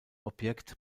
objekt